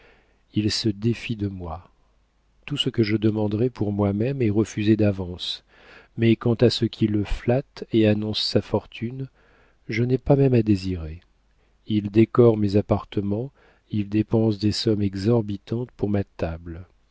il se défie de moi tout ce que je demanderais pour moi-même est refusé d'avance mais quant à ce qui le flatte et annonce sa fortune je n'ai pas même à désirer il décore mes appartements il dépense des sommes exorbitantes pour ma table